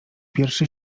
pierwszy